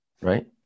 right